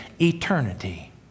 eternity